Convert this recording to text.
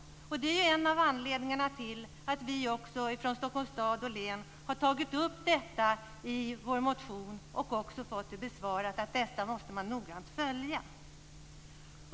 Det är en av anledningarna till att vi från Stockholms stad och län också har tagit upp detta i vår motion. Vi har fått svaret att detta måste man noggrant följa.